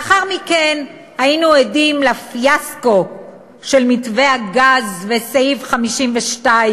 לאחר מכן היינו עדים לפיאסקו של מתווה הגז וסעיף 52,